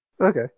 Okay